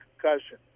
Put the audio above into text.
concussion